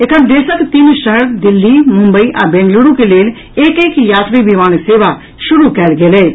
एखन देशक तीन शहर दिल्ली मुम्बई आ बेंगलुरू के लेल एक एक यात्री विमान सेवा शुरू कयल गेल अछि